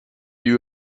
you